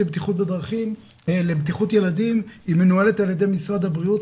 לבטיחות ילדים מנוהלת על ידי משרד הבריאות.